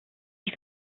die